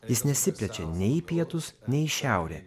jis nesiplečia nei į pietus nei į šiaurę